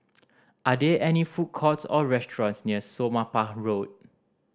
are there any food courts or restaurants near Somapah Road